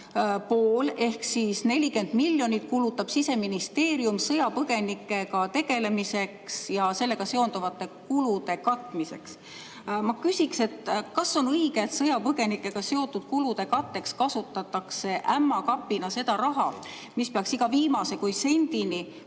ehk 40 miljonit kulutab Siseministeerium sõjapõgenikega tegelemiseks ja sellega seonduvate kulude katmiseks. Kas on õige, et sõjapõgenikega seotud kulude katteks kasutatakse ämma kapina seda raha, mis peaks iga viimase kui sendini